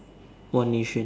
one nation